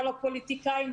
על הפוליטיקאים,